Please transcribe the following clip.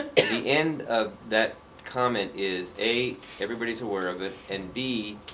and the end of that comment is, a, everybody's aware of it and b,